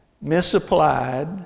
misapplied